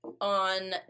On